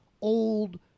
old